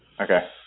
Okay